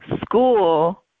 school